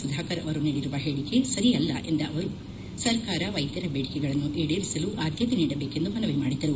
ಸುಧಾಕರ್ ಅವರು ನೀಡುರುವ ಹೇಳಿಕೆ ಸರಿಯಲ್ಲ ಎಂದ ಅವರು ಸರ್ಕಾರ ವೈದ್ಯರ ಬೇಡಿಕೆಗಳನ್ನು ಈಡೇರಿಸಲು ಆದ್ಯತೆ ನೀಡಬೇಕೆಂದು ಮನವಿ ಮಾಡಿದರು